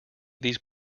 these